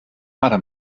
other